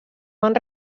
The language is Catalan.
van